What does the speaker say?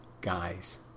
guys